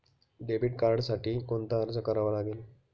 Debit कार्डसाठी कोणता अर्ज करावा लागेल?